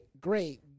great